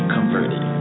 Converted